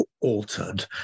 altered